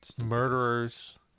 murderers